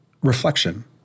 reflection